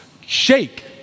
shake